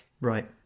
Right